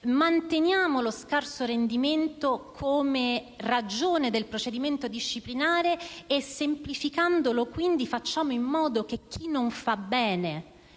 manteniamo lo scarso rendimento come ragione del procedimento disciplinare e, semplificandolo, facciamo in modo che chi non fa bene